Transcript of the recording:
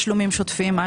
שוטפים?